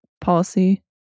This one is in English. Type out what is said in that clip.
policy